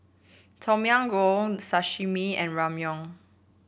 Tom Yam Goong Sashimi and Ramyeon